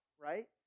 right